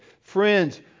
Friends